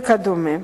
וכדומה.